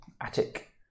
attic